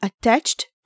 attached